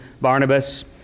Barnabas